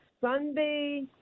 Sunday